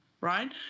right